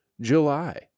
July